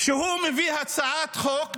כשהוא מביא הצעת חוק,